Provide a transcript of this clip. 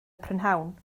prynhawn